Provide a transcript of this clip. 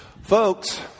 Folks